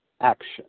action